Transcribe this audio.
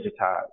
digitized